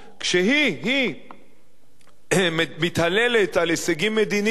כשהיא היא מתהללת על הישגים מדיניים,